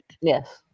Yes